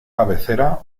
cabecera